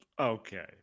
Okay